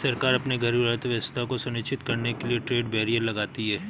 सरकार अपने घरेलू अर्थव्यवस्था को संरक्षित करने के लिए ट्रेड बैरियर लगाती है